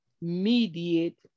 mediate